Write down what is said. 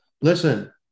listen